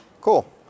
cool